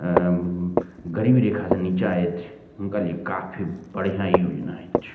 गरीबी रेखा से नीचाँ अछि हुनका लिए काफी बढ़िआँ ई योजना अइछ